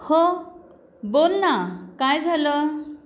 हो बोल ना काय झालं